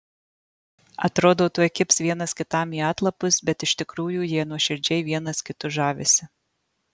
atrodo tuoj kibs vienas kitam į atlapus bet iš tikrųjų jie nuoširdžiai vienas kitu žavisi